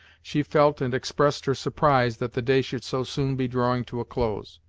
she felt and expressed her surprise that the day should so soon be drawing to a close.